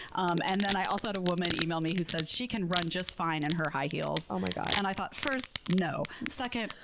um and then i also had a woman email me who says she can run just fine in her high heels. oh my god. and i thought, first, no. second,